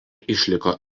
išliko